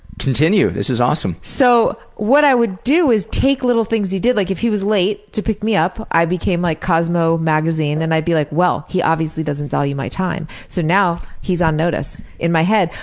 continue, this is awesome so what i would do is take little things he did, like if he was late to pick me up i became like cosmo magazine and i'd be like well, he obviously doesn't value my time, so now he's on notice in my head.